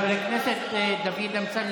חבר הכנסת דוד אמסלם,